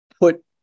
put